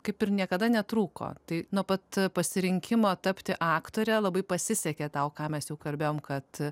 kaip ir niekada netrūko tai nuo pat pasirinkimo tapti aktore labai pasisekė tau ką mes jau kalbėjom kad